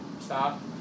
stop